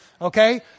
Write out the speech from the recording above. Okay